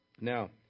Now